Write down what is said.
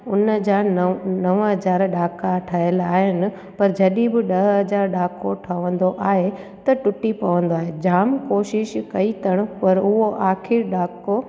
हुन जा नव नव हज़ार ॾहाका ठहियल आहिनि पर जॾहिं बि ॾह हज़ार ॾहाको ठवंदो आहे त टूटी पवंदो आहे जाम कोशिश कई अथनि पर उहो आख़िर ॾाको